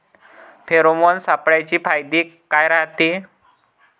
Pheromone सापळ्याचे फायदे काय रायते?